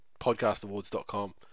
podcastawards.com